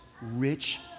rich